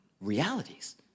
realities